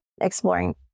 exploring